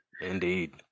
Indeed